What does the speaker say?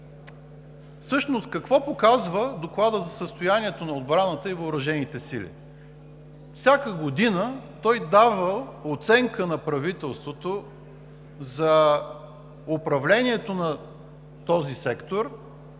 какво показва Докладът за състоянието на отбраната и въоръжените сили? Всяка година той дава оценка на правителството за управлението на този сектор,